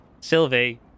Sylvie